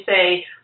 say